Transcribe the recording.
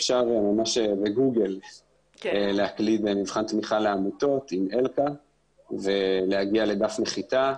אפשר בגוגל להקליד מבחן תמיכה לעמותות עם אלכא ולהגיע לדף נחיתה,